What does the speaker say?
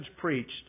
preached